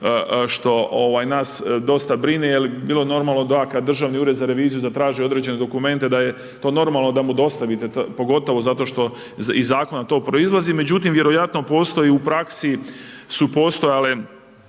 što nas dosta brine, jer bi bilo normalan da kada Državni ured za reviziju zatraži određene dokumente, da je pod normalnim da mu dostavite to, pogotovo zato što iz zakona to proizlazi, međutim, vjerojatno postoji u praksi su postojale